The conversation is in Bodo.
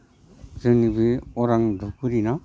जोंनि बे अरां धुपगुरिना